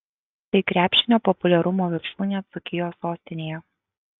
tai krepšinio populiarumo viršūnė dzūkijos sostinėje